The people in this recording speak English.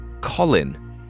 Colin